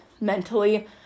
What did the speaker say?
mentally